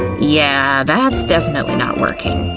yeah, that's definitely not working.